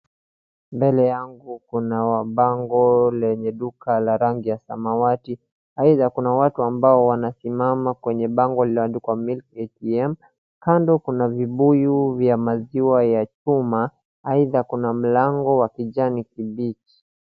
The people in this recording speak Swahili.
Mbele yangu kuna mabango lenye duka la rangi ya sawamati either kuna watu ambao wanasimama kwenye bango lililoandikwa milk Atm .Kando kuna vibuyu vya maziwa ya chuma either kuna mlango wa kijani kibichi.